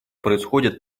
происходят